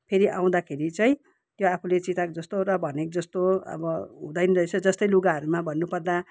फेरि आउँदाखेरि चाहिँ त्यो आफुले चिताएको जस्तो र भनेको जस्तो अब हुँदैन रहेछ जस्तो लुगाहरूमा भन्नुपर्दा